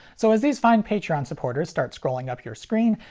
so as these fine patreon supporters start scrolling up your screen,